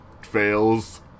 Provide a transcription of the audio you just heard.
fails